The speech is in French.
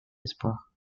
espoirs